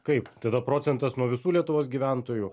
kaip tada procentas nuo visų lietuvos gyventojų